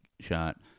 shot